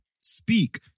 Speak